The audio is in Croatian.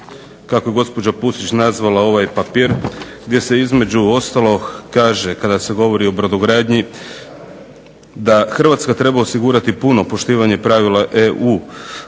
Hrvatska treba osigurati puno poštivanje pravila EU o